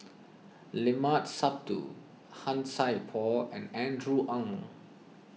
Limat Sabtu Han Sai Por and Andrew Ang